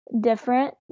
Different